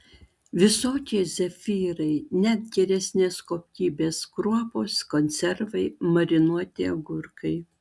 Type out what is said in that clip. visokie zefyrai net geresnės kokybės kruopos konservai marinuoti agurkai